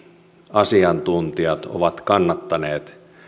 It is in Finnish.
asiantuntijat ovat kannattaneet